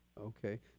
okay